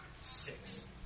six